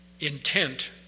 Intent